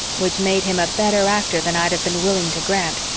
which made him a better actor than i'd have been willing to grant,